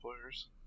players